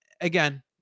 again